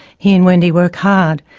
he and wendy work hard.